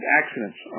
accidents